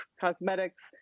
cosmetics